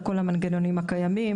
על כל המנגנונים הקיימים,